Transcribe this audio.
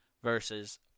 Versus